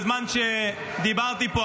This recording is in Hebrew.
בזמן שדיברתי פה,